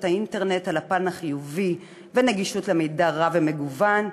האינטרנט על הפן החיובי שלה ועם נגישות למידע רב ומגוון,